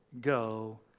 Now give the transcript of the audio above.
go